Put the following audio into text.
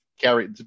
Carry